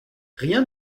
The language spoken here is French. rien